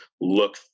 look